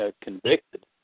convicted